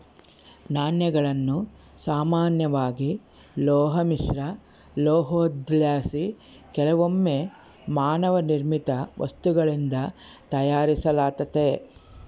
ನಾಣ್ಯಗಳನ್ನು ಸಾಮಾನ್ಯವಾಗಿ ಲೋಹ ಮಿಶ್ರಲೋಹುದ್ಲಾಸಿ ಕೆಲವೊಮ್ಮೆ ಮಾನವ ನಿರ್ಮಿತ ವಸ್ತುಗಳಿಂದ ತಯಾರಿಸಲಾತತೆ